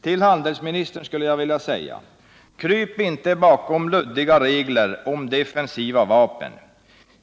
Till handelsministern vill jag säga: Kryp inte bakom luddiga regler om defensiva vapen!